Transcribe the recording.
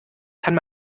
kann